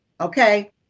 okay